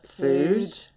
Food